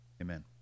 Amen